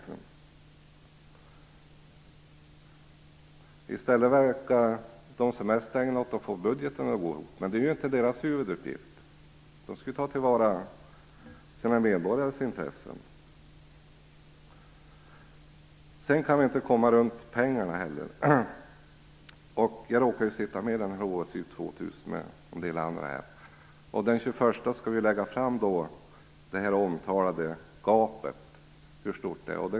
I stället verkar de mest ägna sig åt att få budgeten att gå ihop, men det är ju inte deras huvuduppgift. De skall ju ta till vara sina medborgares intressen. Men vi kan inte heller komma ifrån detta med pengar. Jag råkar ju sitta med i HSU 2000 utredningen. Den 21 oktober skall vi presentera hur stort det omtalade gapet är.